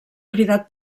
cridat